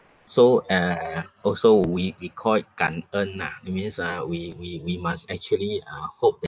so uh also we we call it 感恩 ah it means uh we we we must actually uh hope that